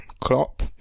Klopp